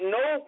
no